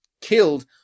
killed